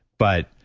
but